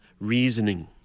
reasoning